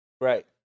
right